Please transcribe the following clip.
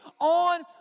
on